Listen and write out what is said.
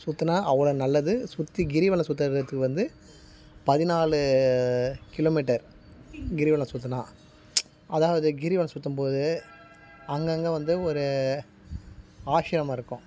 சுற்றினா அவ்வளோ நல்லது சுற்றி கிரிவலம் சுற்றுறதுக்கு வந்து பதினாலு கிலோமீட்டர் கிரிவலம் சுற்றினா அதாவது கிரிவலம் சுற்றும் போது அங்கங்கே வந்து ஒரு ஆஷ்ரமம் இருக்கும்